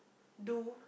do